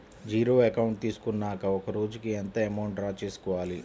Zero account తీసుకున్నాక ఒక రోజుకి ఎంత అమౌంట్ డ్రా చేసుకోవాలి?